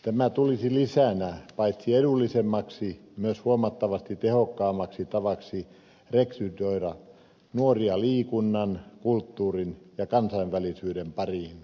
tämä tulisi lisänä paitsi edullisemmaksi myös huomattavasti tehokkaammaksi tavaksi rekrytoida nuoria liikunnan kulttuurin ja kansainvälisyyden pariin